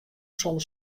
sûnder